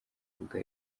avuga